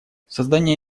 создание